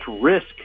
risk